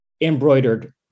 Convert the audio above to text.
embroidered